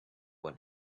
one